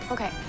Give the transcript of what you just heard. Okay